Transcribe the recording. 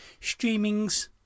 streamings